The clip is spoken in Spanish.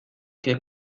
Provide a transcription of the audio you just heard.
que